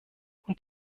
und